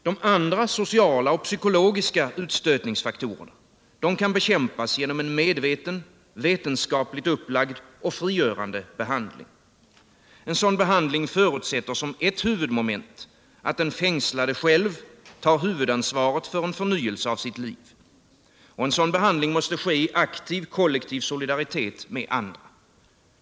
De andra sociala och psykologiska utstötningsfaktorerna kan bekämpas genom en medveten, vetenskapligt upplagd och frigörande behandling. En sådan behandling förutsätter som ett huvudmoment att den fängslade själv tar huvudansvaret för förnyelse av sitt liv. Behandlingen måste ske i aktiv, kollektiv solidaritet med andra.